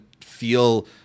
feel